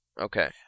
Okay